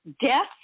death